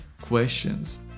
questions